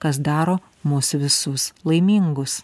kas daro mus visus laimingus